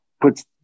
puts